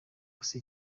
gusa